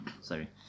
sorry